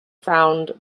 found